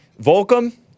Volcom